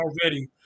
already